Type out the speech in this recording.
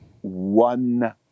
one